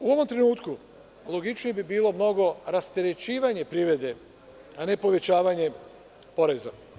U ovom trenutku, logičnije bi bilo rasterećivanje privrede, a ne povećavanje poreza.